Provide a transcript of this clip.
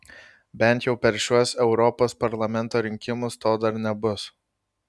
bent jau per šiuos europos parlamento rinkimus to dar nebus